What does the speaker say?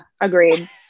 Agreed